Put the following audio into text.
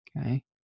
Okay